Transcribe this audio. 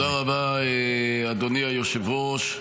תודה רבה, אדוני היושב-ראש.